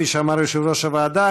כפי שאמר יושב-ראש הוועדה,